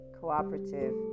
cooperative